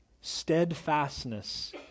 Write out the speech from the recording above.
steadfastness